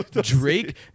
Drake